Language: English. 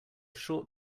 short